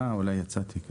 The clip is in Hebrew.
אולי יצאתי.